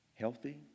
healthy